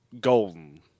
golden